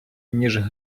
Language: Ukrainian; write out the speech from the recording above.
ніж